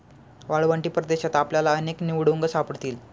वाळवंटी प्रदेशात आपल्याला अनेक निवडुंग सापडतील